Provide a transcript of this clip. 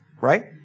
right